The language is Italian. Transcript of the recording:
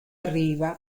arriva